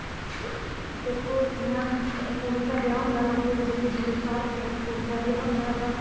ते दिक्खो जि'यां कुड़ी दा ब्याह् जित्थै गरीब घर लोक कुड़ी दा ब्याह् होंदा तां